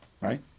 right